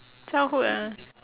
childhood ah